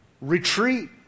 retreat